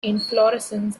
inflorescences